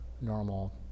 normal